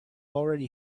already